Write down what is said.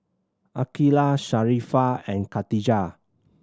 Aqilah Sharifah and Khatijah